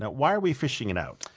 but why are we fishing it out?